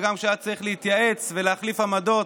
וגם כשהיה צריך להתייעץ ולהחליף עמדות